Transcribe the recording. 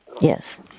Yes